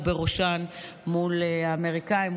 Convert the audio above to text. וכמובן בראשם מול האמריקאים,